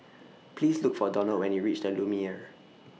Please Look For Donald when YOU REACH The Lumiere